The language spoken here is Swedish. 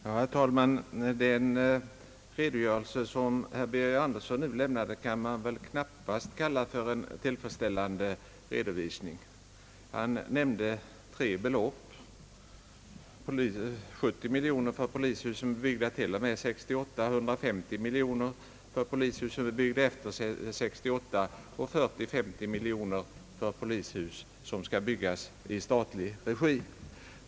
Herr talman! Den redogörelse som herr Birger Andersson nu lämnade kan man väl knappast kalla för tillfredsställande. Han nämnde tre belopp — 70 miljoner för polishus byggda t.o.m. 1968, 150 miljoner för polishus byggda efter 1968 och 40—50 miljoner för polishus som skall byggas i statlig regi.